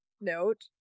note